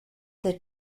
that